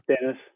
Dennis